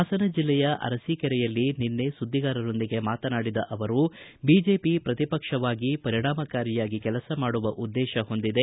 ಹಾಸನ ಜಿಲ್ಲೆಯ ಅರಸೀಕೆರೆಯಲ್ಲಿ ನಿನ್ನೆ ಸುದ್ದಿಗಾರರೊಂದಿಗೆ ಮಾತನಾಡಿದ ಅವರು ಬಿಜೆಪಿ ಪ್ರತಿಪಕ್ಷವಾಗಿ ಪರಿಣಾಮಕಾರಿಯಾಗಿ ಕೆಲಸ ಮಾಡುವ ಉದ್ದೇತ ಹೊಂದಿದೆ